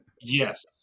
yes